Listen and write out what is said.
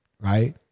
right